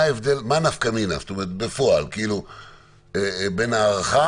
מה נפקא מינה בפועל בין הארכה